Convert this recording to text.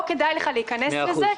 לא כדאי להיכנס לזה.